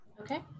Okay